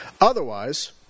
Otherwise